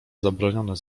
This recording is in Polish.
zabronione